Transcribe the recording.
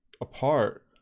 apart